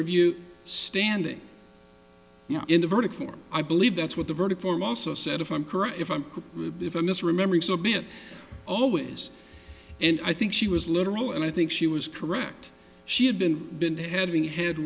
review standing in the verdict form i believe that's what the verdict form also said if i'm correct if i'm if i'm misremembering so be it always and i think she was literal and i think she was correct she had been been editing had